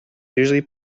usually